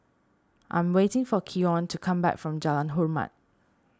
I'm waiting for Keon to come back from Jalan Hormat